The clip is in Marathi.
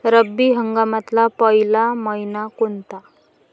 रब्बी हंगामातला पयला मइना कोनता?